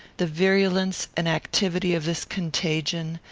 the virulence and activity of this contagion,